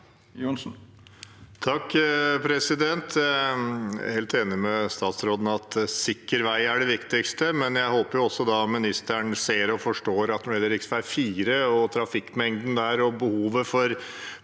(FrP) Jeg er helt enig med statsråden i at sikker vei er det viktigste, men jeg håper også at ministeren ser og forstår at når det gjelder rv. 4, trafikkmengden og behovet for